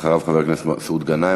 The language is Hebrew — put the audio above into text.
אחריו, חבר הכנסת מסעוד גנאים.